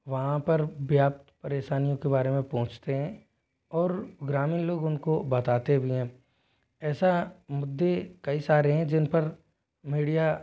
वहाँ पर व्याप्त परेसानियों के बारे में पूंछते हैं और ग्रामीन लोग उन को बताते भी हैं ऐसा मुद्दे कई सारे हैं जिन पर मीडिया